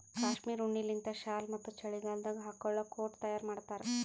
cashmere ಉಣ್ಣಿಲಿಂತ್ shawl ಮತ್ತ್ ಚಳಿಗಾಲದಾಗ್ ಹಾಕೊಳ್ಳ ಕೋಟ್ ತಯಾರ್ ಮಾಡ್ತಾರ್